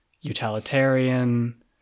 utilitarian